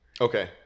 Okay